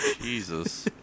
Jesus